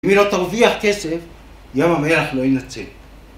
אם היא לא תרוויח כסף, ים המלח לא ינצל.